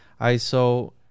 iso